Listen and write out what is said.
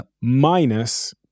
minus